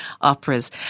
operas